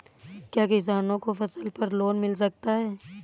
क्या किसानों को फसल पर लोन मिल सकता है?